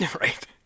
Right